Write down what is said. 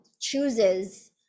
chooses